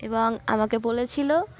এবং আমাকে বলেছিলো